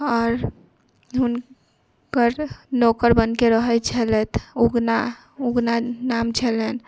आओर हुनकर नौकर बनकर रहैत छलथि उगना उगना नाम छलनि